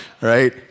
right